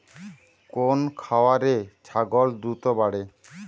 কোন খাওয়ারে ছাগল দ্রুত বাড়ে?